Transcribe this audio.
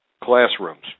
classrooms